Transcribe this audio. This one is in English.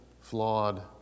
flawed